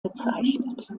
bezeichnet